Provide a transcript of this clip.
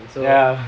ya